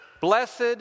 Blessed